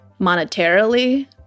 monetarily